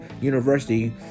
University